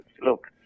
Look